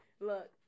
look